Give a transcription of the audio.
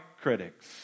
critics